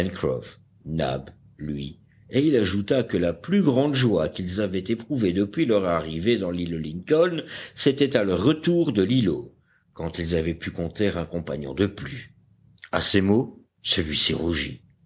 lui et il ajouta que la plus grande joie qu'ils avaient éprouvée depuis leur arrivée dans l'île lincoln c'était à leur retour de l'îlot quand ils avaient pu compter un compagnon de plus à ces mots celui-ci rougit